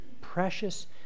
precious